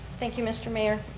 thank you mr. mayor.